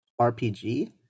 rpg